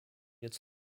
its